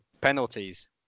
penalties